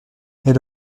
elle